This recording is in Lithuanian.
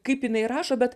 kaip jinai rašo bet